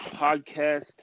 Podcast